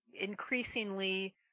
increasingly